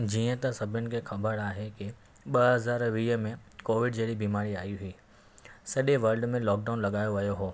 जीअं त सभिनि खे ख़बरु आहे की ॿ हज़ारु वीह में कोविड जहिड़ी बीमारी आई हुई सॼे वर्ल्ड में लॉकडाउन लॻायो वियो हो